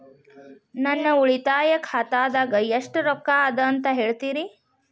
ನನ್ನ ಉಳಿತಾಯ ಖಾತಾದಾಗ ಎಷ್ಟ ರೊಕ್ಕ ಅದ ಅಂತ ಹೇಳ್ತೇರಿ?